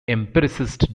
empiricist